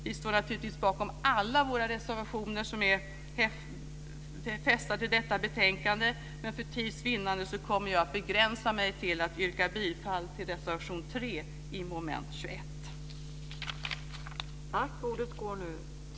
Vi står naturligtvis bakom alla våra reservationer som är fästade till detta betänkande, men för tids vinnande kommer jag att begränsa mig till att yrka bifall till reservation 3 under mom. 21.